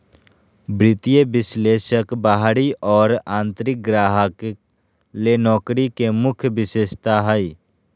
वित्तीय विश्लेषक बाहरी और आंतरिक ग्राहक ले नौकरी के मुख्य विशेषता हइ